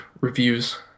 reviews